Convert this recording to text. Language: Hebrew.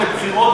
כשהלכנו לבחירות,